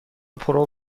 پرو